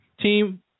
team